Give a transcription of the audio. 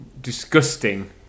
disgusting